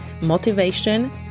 motivation